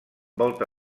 volta